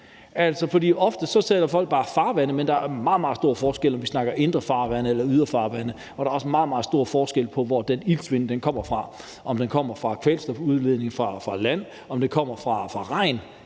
oftest siger folk bare farvande, men der er meget, meget stor forskel på, om vi snakker indre farvande eller ydre farvande, og der er også meget, meget stor forskel på, hvor den iltsvind kommer fra: om den kommer fra kvælstofudledning fra land, eller om den kommer fra regn,